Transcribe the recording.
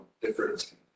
different